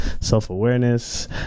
self-awareness